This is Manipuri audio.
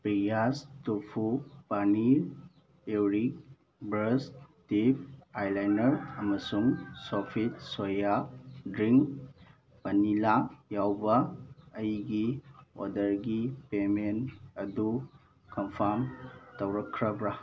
ꯕ꯭ꯔꯤꯌꯥꯁ ꯇꯣꯐꯨ ꯄꯥꯅꯤꯔ ꯏꯌꯣꯔꯤ ꯕ꯭ꯔꯁ ꯇꯤꯞ ꯑꯥꯏꯂꯥꯏꯟꯅꯔ ꯑꯃꯁꯨꯡ ꯁꯣꯐꯤꯠ ꯁꯣꯌꯥ ꯗ꯭ꯔꯤꯡ ꯚꯅꯤꯂꯥ ꯌꯥꯎꯕ ꯑꯩꯒꯤ ꯑꯣꯔꯗꯔꯒꯤ ꯄꯦꯃꯦꯟ ꯑꯗꯨ ꯀꯟꯐꯥꯝ ꯇꯧꯔꯛꯈ꯭ꯔꯕ꯭ꯔꯥ